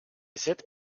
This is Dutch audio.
zit